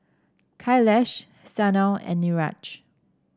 Kailash Sanal and Niraj